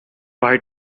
white